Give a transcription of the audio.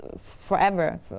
forever